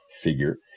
figure